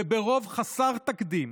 וברוב חסר תקדים,